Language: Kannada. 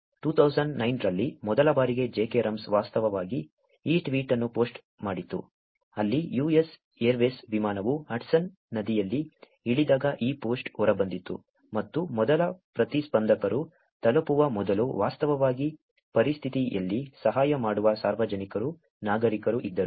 2009 ರಲ್ಲಿ ಮೊದಲ ಬಾರಿಗೆ jkrums ವಾಸ್ತವವಾಗಿ ಈ ಟ್ವೀಟ್ ಅನ್ನು ಪೋಸ್ಟ್ ಮಾಡಿತು ಅಲ್ಲಿ US ಏರ್ವೇಸ್ ವಿಮಾನವು ಹಡ್ಸನ್ ನದಿಯಲ್ಲಿ ಇಳಿದಾಗ ಈ ಪೋಸ್ಟ್ ಹೊರಬಂದಿತು ಮತ್ತು ಮೊದಲ ಪ್ರತಿಸ್ಪಂದಕರು ತಲುಪುವ ಮೊದಲು ವಾಸ್ತವವಾಗಿ ಪರಿಸ್ಥಿತಿಯಲ್ಲಿ ಸಹಾಯ ಮಾಡುವ ಸಾರ್ವಜನಿಕರು ನಾಗರಿಕರು ಇದ್ದರು